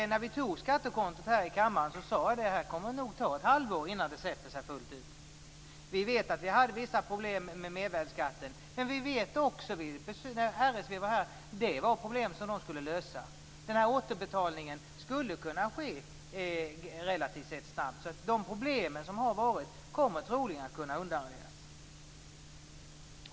När vi här i kammaren beslutade om skattekontot sade vi att det nog skulle komma att ta ett halvår innan det hade satt sig fullt ut. Vi hade vissa problem med mervärdesskatten, men RSV sade när de var här att de skulle lösa problemen. Den här inbetalningen skulle kunna ske relativt snabbt. De problem som har varit kommer troligen att kunna undanröjas.